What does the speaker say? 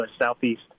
Southeast